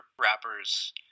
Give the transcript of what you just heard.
rappers